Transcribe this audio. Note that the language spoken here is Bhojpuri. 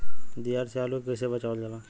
दियार से आलू के कइसे बचावल जाला?